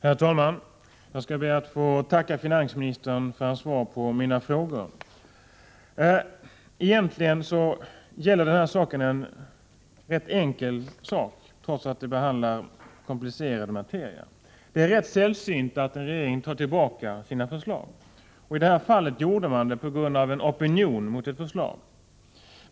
Herr talman! Jag skall be att få tacka finansministern för hans svar på mina frågor. Egentligen gäller det här en rätt enkel sak, trots att det behandlar komplicerad materia. Det är rätt sällsynt att en regering tar tillbaka sina förslag, och i det här fallet gjorde man det på grund av en opinion mot ett förslag.